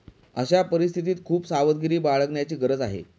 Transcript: अशा परिस्थितीत खूप सावधगिरी बाळगण्याची गरज आहे